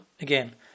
again